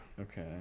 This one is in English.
Okay